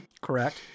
Correct